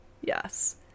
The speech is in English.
Yes